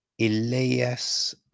Elias